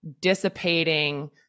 dissipating